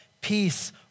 peace